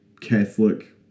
Catholic